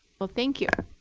well, thank you.